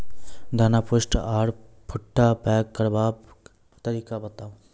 दाना पुष्ट आर भूट्टा पैग करबाक तरीका बताऊ?